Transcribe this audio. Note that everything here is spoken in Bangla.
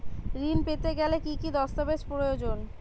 ঋণ পেতে গেলে কি কি দস্তাবেজ প্রয়োজন?